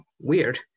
weird